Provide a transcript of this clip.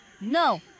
No